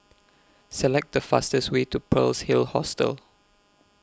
Select The fastest Way to Pearl's Hill Hostel